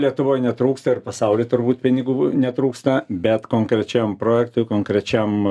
lietuvoj netrūksta ir pasauly turbūt pinigų netrūksta bet konkrečiam projektui konkrečiam